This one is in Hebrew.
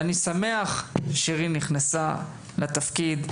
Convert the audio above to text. אני שמח ששירין נכנסה לתפקיד,